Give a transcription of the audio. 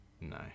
No